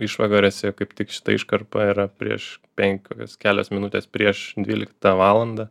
išvakarėse kaip tik šita iškarpa yra prieš penk kokias kelios minutės prieš dvyliktą valandą